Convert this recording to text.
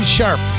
Sharp